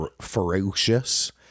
ferocious